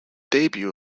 debut